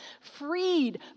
freed